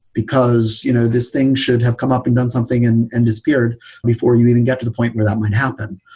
because you know this thing should have come up and done something and and disappeared before you even get to the point where that might happen.